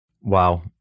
Wow